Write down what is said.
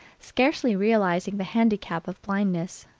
scarcely realizing the handicap of blindness,